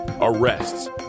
arrests